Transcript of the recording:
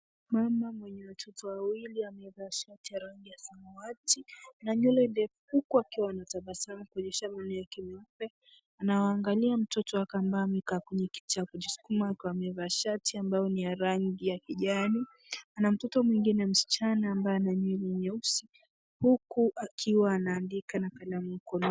Mama mwenye watoto wawili amevaa shati ya rangi ya samawati na nywele ndefu huku akiwa anatabasamu kuonyesha meno yake meupe .Anawaangalia mtoto wa amekaa kwenye kiti ya kujiskuma akiwa amevaa shati ambayo ni ya rangi ya kijani. Ana mtoto mwingine msichana ambaye ana nywele nyeusi huku akiwa anaandika na kalamu mkononi.